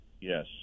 yes